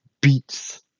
beats